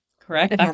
Correct